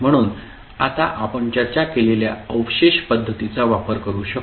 म्हणून आता आपण चर्चा केलेल्या अवशेष पद्धतीचा वापर करू शकतो